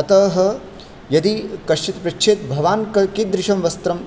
अतः यदि कश्चित् पृच्छेत् भवान् क् कीदृशं वस्त्रं